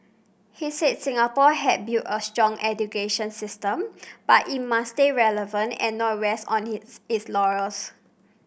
he said Singapore had built a strong education system but it must stay relevant and not rest on hits its laurels